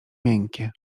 miękkie